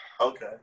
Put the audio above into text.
Okay